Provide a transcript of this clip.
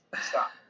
Stop